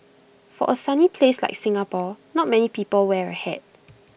for A sunny place like Singapore not many people wear A hat